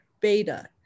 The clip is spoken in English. Beta